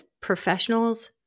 professionals